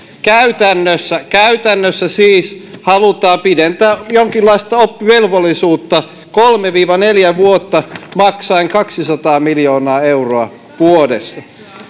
käytännössä käytännössä siis halutaan pidentää jonkinlaista oppivelvollisuutta kolme viiva neljä vuotta maksaen kaksisataa miljoonaa euroa vuodessa